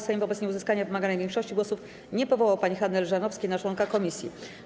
Sejm wobec nieuzyskania wymaganej większości głosów nie powołał pani Hanny Elżanowskiej na członka komisji.